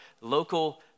local